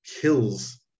kills